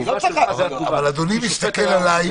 התגובה שלך היא התגובה --- אבל אדוני מסתכל עליי.